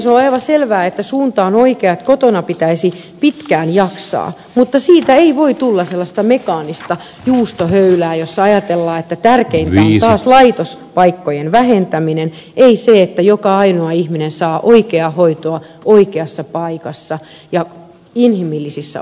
on aivan selvää että suunta on oikea että kotona pitäisi pitkään jaksaa mutta siitä ei voi tulla sellaista mekaanista juustohöylää jossa ajatellaan että tärkeintä on taas laitospaikkojen vähentäminen ei se että joka ainoa ihminen saa oikeaa hoitoa oikeassa paikassa ja inhimillisissä olosuhteissa